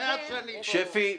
שפי,